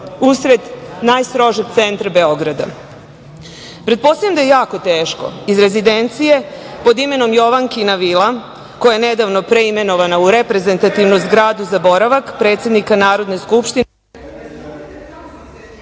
usred najstrožeg centra Beograda. Pretpostavljam da je jako teško iz rezidencije pod imenom Jovankina vila, koja je nedavno preimenovana u reprezentativnu zgradu za boravak predsednika Narodne skupštine..